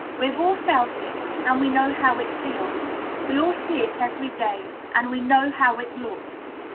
we have all felt it, and we know how it feels we all see it every day, and we know how it looks.